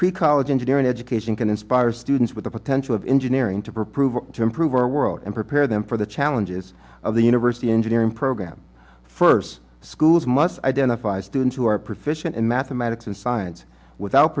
pre college engineering education can inspire students with the potential of engineering to prove to improve our world and prepare them for the challenges of the university engineering program first schools must identify students who are proficient in mathematics and science without